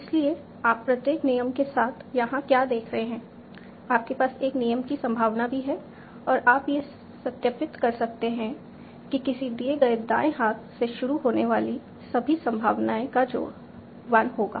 इसलिए आप प्रत्येक नियम के साथ यहां क्या देख रहे हैं आपके पास एक नियम की संभावना भी है और आप यह सत्यापित कर सकते हैं कि किसी दिए गए दाएं हाथ से शुरू होने वाली सभी संभावनाएं का जोड़ 1 होगा